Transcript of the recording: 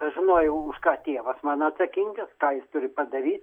aš žinojau už ką tėvas mano atsakingas ką jis turi padaryt